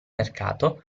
mercato